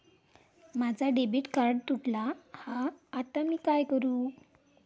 माझा debit card तुटला हा आता मी काय करू?